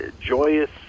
joyous